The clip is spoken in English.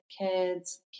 kids